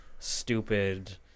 stupid